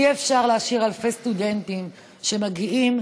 אי-אפשר להשאיר אלפי סטודנטים שמגיעים